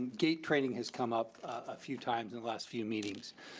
gate training has come up a few times in the last few meetings,